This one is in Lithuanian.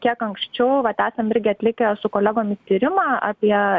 kiek anksčiau vat esam irgi atlikę su kolegomis tyrimą apie